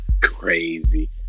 crazy